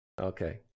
Okay